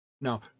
Now